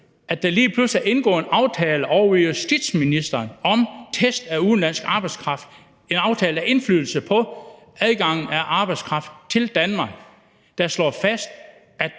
at der lige pludselig er indgået en aftale ovre ved justitsministeren om test af udenlandsk arbejdskraft, altså en aftale, der har indflydelse på adgangen for arbejdskraft til Danmark, og som slår fast,